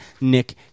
Nick